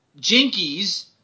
Jinkies